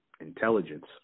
intelligence